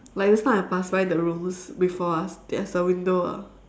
like just now I pass by the rooms before us they have a window ah